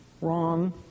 Wrong